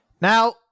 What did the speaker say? Now